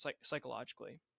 psychologically